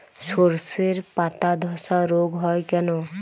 শর্ষের পাতাধসা রোগ হয় কেন?